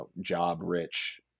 job-rich